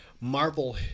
Marvel